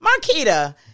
Marquita